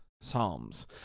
Psalms